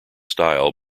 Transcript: style